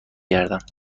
گردم